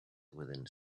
within